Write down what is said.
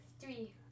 three